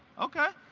okay,